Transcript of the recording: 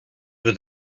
with